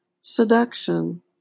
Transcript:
seduction